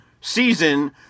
season